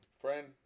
friend